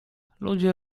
ludzie